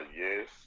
Yes